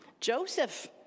Joseph